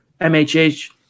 MHH